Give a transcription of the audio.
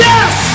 Yes